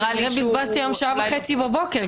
נראה לי שאולי היא --- כנראה בזבזתי שעה וחצי בבוקר,